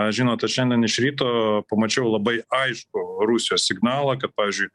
žinot aš šiandien iš ryto pamačiau labai aiškų rusijos signalą kad pavyzdžiui